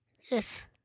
Yes